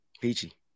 Peachy